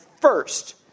first